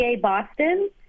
Boston